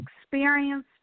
experienced